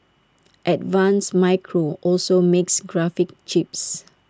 advanced micro also makes graphics chips